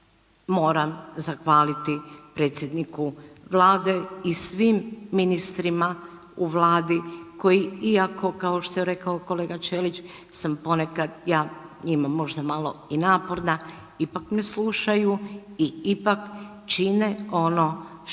moram zahvaliti predsjedniku Vlade i svim ministrima u Vladi koji iako, kao što je rekao kolega Ćelić, sam ponekad ja njima i možda malo i naporna, ipak me slušaju i ipak čine ono što